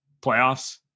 playoffs